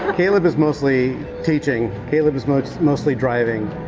ah caleb is mostly teaching. caleb is mostly mostly driving.